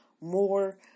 more